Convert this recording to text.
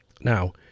Now